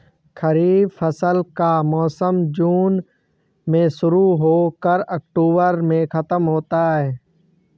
खरीफ फसल का मौसम जून में शुरू हो कर अक्टूबर में ख़त्म होता है